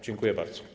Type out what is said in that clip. Dziękuję bardzo.